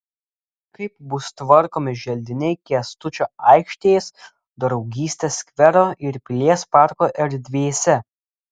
kaip bus tvarkomi želdiniai kęstučio aikštės draugystės skvero ir pilies parko erdvėse